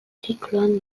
zikloan